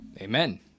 Amen